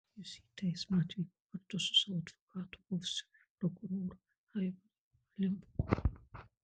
jis į teismą atvyko kartu su savo advokatu buvusiu prokuroru aivaru alimu